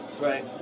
Right